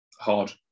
hard